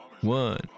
one